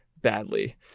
badly